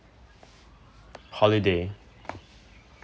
holiday